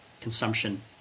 consumption